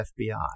fbi